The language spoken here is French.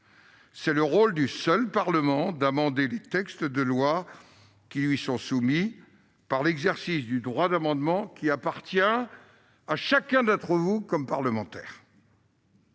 C'est le rôle du seul Parlement d'amender les textes de loi qui lui sont soumis, par l'exercice du droit d'amendement, lequel appartient à chacun d'entre vous, comme parlementaire.